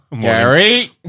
Gary